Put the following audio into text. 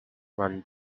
run